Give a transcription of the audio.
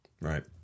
Right